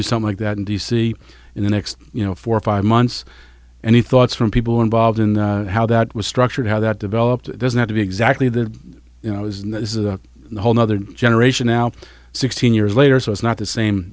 do some like that in d c in the next you know four or five months any thoughts from people involved in the how that was structured how that developed doesn't have to be exactly the you know it was and this is a whole nother generation now sixteen years later so it's not the same